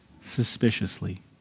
suspiciously